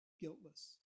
guiltless